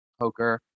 poker